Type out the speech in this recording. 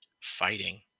fighting